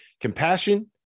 Compassion